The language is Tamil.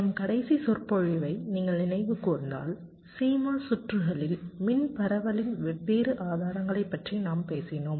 நம் கடைசி சொற்பொழிவை நீங்கள் நினைவு கூர்ந்தால் CMOS சுற்றுகளில் மின் பரவலின் வெவ்வேறு ஆதாரங்களைப் பற்றி நாம் பேசினோம்